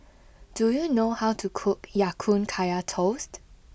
do you know how to cook Ya Kun Kaya Toast